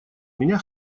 меня